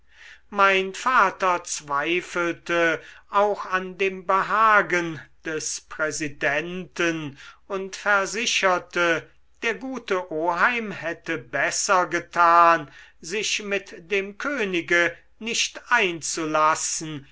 mein vater zweifelte auch an dem behagen des präsidenten und versicherte der gute oheim hätte besser getan sich mit dem könige nicht einzulassen